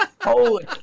holy